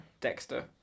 Dexter